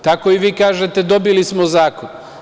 Tako i vi kažete – dobili smo zakon.